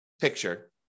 picture